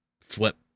flip